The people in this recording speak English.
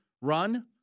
run